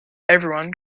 everyone